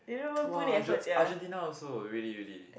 !wah! ARge~ Argentina also really really